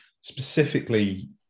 specifically